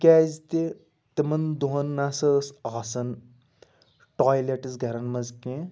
کیٛازِ تہِ تِمَن دۄہَن نَسا ٲس آسان ٹایلیٹٕس گَرَن منٛز کینٛہہ